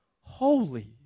Holy